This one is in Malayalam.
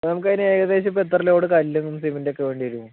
ഇപ്പോൾ നമുക്കതിന് ഏകദേശം ഇപ്പം എത്ര ലോഡ് കല്ലും സിമെൻറും ഒക്കെ വേണ്ടി വരും